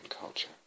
culture